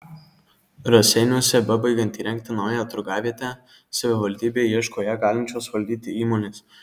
raseiniuose bebaigiant įrengti naująją turgavietę savivaldybė ieško ją galinčios valdyti įmonės